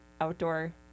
outdoor